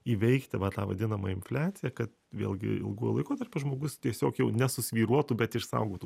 įveikti va tą vadinamą infliaciją kad vėlgi ilguoju laikotarpiu žmogus tiesiog jau nesusvyruotų bet išsaugotų